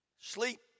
sleep